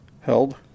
held